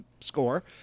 score